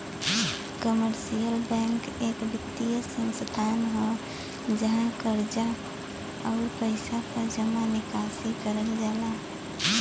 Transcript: commercial bank एक वित्तीय संस्थान हौ जहाँ कर्जा, आउर पइसा क जमा निकासी करल जाला